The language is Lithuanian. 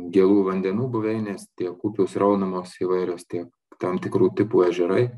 gėlų vandenų buveinės tiek upių sraunumos įvairios tiek tam tikrų tipų ežerai